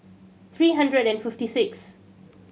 three hundred and fifty six